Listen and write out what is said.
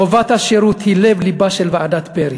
חובת השירות היא לב-לבה של ועדת פרי,